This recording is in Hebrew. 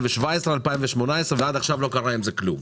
או 2018 ועד עכשיו לא קרה עם זה כלום?